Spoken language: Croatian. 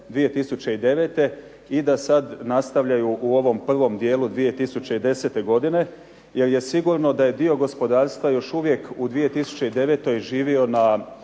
2009. i da sad nastavljaju u ovom prvom dijelu 2010. godine jer je sigurno da je dio gospodarstva još uvijek u 2009. živio na